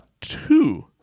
two